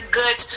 good